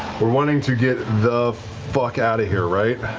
we're wanting to get the fuck outta here, right?